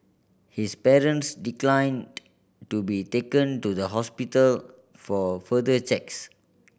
his parents declined to be taken to the hospital for further checks